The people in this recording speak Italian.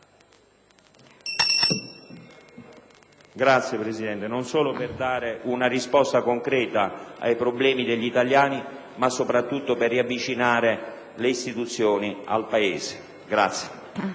e di compattezza, non solo per dare una risposta concreta ai problemi degli italiani, ma soprattutto per riavvicinare le istituzioni al Paese. *(Applausi